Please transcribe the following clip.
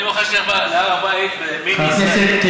תיצמד לנוסח,